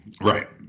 right